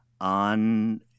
on